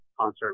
concert